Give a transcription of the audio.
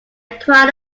cried